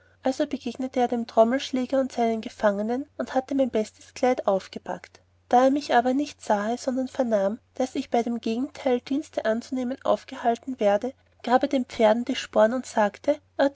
begegnete er dem trommelschläger und seinen gefangenen und hatte mein bestes kleid aufgepackt da er mich aber nicht sahe sondern vernahm daß ich bei dem gegenteil dienste anzunehmen aufgehalten werde gab er den pferden die sporn und sagte